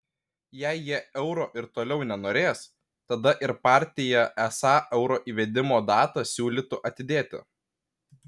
jei jie euro ir toliau nenorės tada ir partija esą euro įvedimo datą siūlytų atidėti